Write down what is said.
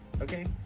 okay